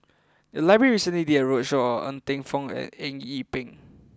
the library recently did a roadshow on Ng Teng Fong and Eng Yee Peng